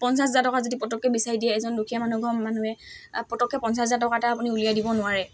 পঞ্চাছ হাজাৰ টকা যদি পতককৈ বিচাৰ দিয়ে এজন দুখীয়া মানুহৰ ঘৰৰ মানুহে পতককৈ পঞ্চাছ হাজাৰ টকা এটা আপুনি উলিয়াই দিব নোৱাৰে